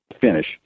finish